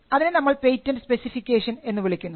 അതിനെ നമ്മൾ patent specification എന്ന് വിളിക്കുന്നു